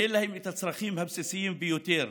אין להם את הצרכים הבסיסיים ביותר,